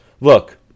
look